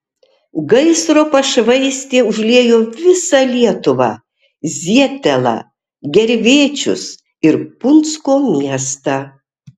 gaisro pašvaistė užlieja visą lietuvą zietelą gervėčius ir punsko miestą